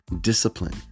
discipline